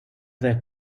their